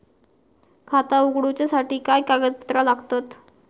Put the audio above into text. खाता उगडूच्यासाठी काय कागदपत्रा लागतत?